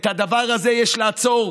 את הדבר הזה יש לעצור.